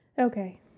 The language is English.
Okay